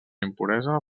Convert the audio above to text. impuresa